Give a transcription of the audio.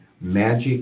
magic